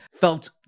felt